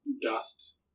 Dust